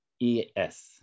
E-S